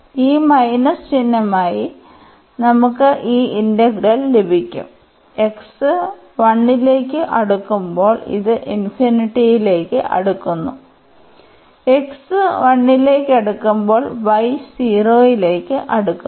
അതിനാൽ ഈ മൈനസ് ചിഹ്നമായി നമുക്ക് ഈ ഇന്റഗ്രൽ ലഭിക്കും x 1 ലേക്ക് അടുക്കുമ്പോൾ ഇത് ലേക്ക് അടുക്കുന്നു x 1 ലേക്ക് അടുക്കുമ്പോൾ y 0 ലേക്കും അടുക്കുന്നു